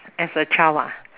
as a child ah